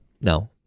No